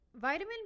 Vitamin